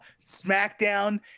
SmackDown